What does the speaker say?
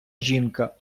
жінка